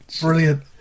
brilliant